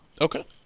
Okay